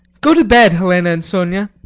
go to bed, helena and sonia.